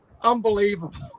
Unbelievable